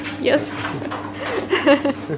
yes